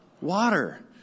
water